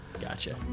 Gotcha